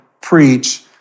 preach